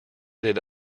did